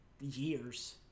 years